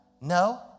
No